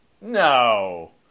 No